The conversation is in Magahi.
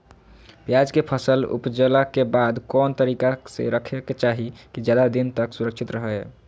प्याज के फसल ऊपजला के बाद कौन तरीका से रखे के चाही की ज्यादा दिन तक सुरक्षित रहय?